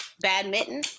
Badminton